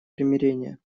примирения